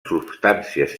substàncies